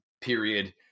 period